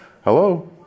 Hello